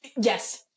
Yes